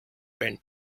bent